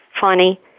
funny